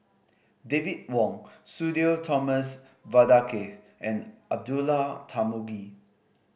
David Wong Sudhir Thomas Vadaketh and Abdullah Tarmugi